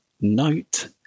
note